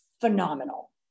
phenomenal